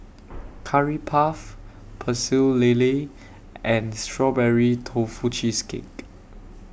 Curry Puff Pecel Lele and Strawberry Tofu Cheesecake